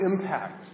impact